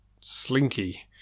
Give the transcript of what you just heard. Slinky